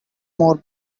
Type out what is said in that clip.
more